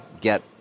get